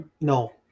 no